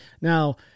Now